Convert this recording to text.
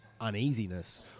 uneasiness